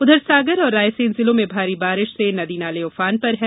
उधर सागर और रायसेन जिलों में भारी बारिश से नदी नाले उफान पर हैं